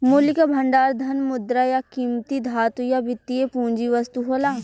मूल्य क भंडार धन, मुद्रा, या कीमती धातु या वित्तीय पूंजी वस्तु होला